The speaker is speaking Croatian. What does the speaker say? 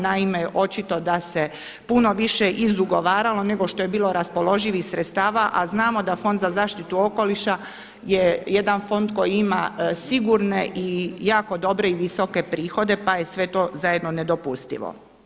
Naime, očito da se puno više izugovaralo nego što je bilo raspoloživih sredstava, a znamo da Fond za zaštitu okoliša je jedan fond koji ima sigurne i jako dobre i visoke prihode pa je sve to zajedno nedopustivo.